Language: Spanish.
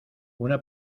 una